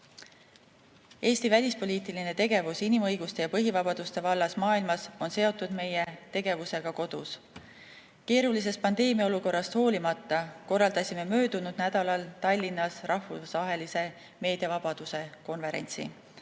Eesti välispoliitiline tegevus inimõiguste ja põhivabaduste vallas maailmas on seotud meie tegevusega kodus. Keerulisest pandeemiaolukorrast hoolimata korraldasime möödunud nädalal Tallinnas rahvusvahelise meediavabaduse konverentsi,